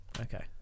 okay